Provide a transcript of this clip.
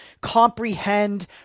comprehend